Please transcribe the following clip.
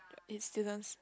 it's students